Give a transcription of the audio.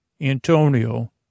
Antonio